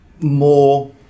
more